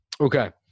Okay